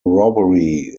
robbery